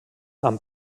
amb